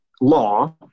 law